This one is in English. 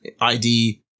ID